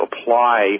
apply